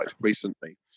recently